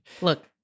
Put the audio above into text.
Look